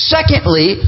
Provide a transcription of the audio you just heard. Secondly